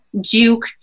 Duke